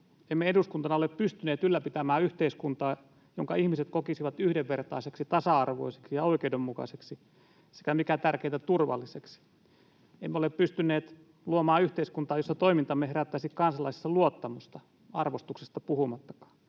Emme eduskuntana ole pystyneet ylläpitämään yhteiskuntaa, jonka ihmiset kokisivat yhdenvertaiseksi, tasa-arvoiseksi ja oikeudenmukaiseksi sekä, mikä tärkeintä, turvalliseksi. Emme ole pystyneet luomaan yhteiskuntaa, jossa toimintamme herättäisi kansalaisissa luottamusta, arvostuksesta puhumattakaan.